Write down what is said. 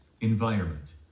environment